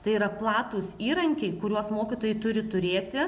tai yra platūs įrankiai kuriuos mokytojai turi turėti